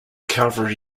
calvary